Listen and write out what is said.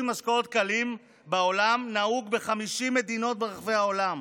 משקאות קלים נהוג ב-50 מדינות ברחבי העולם,